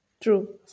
True